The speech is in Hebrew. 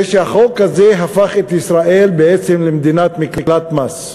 זה שהחוק הזה הפך את ישראל בעצם למדינת מקלט מס.